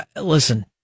listen